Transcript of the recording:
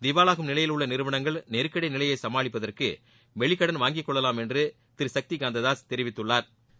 திவாலாகும் நிலையில் உள்ள நிறுவனங்கள் நெருக்கடி நிலையை சமாளிப்பதற்கு வெளிக்கடன் வாங்கிக் கொள்ளலாம் என்று திரு சக்தி காந்ததாஸ் தெரிவித்துள்ளாா்